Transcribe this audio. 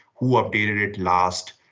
who updated it last,